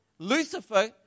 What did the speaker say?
Lucifer